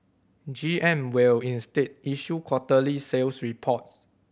G M will instead issue quarterly sales reports